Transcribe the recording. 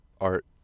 art